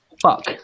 Fuck